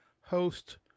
host